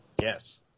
Yes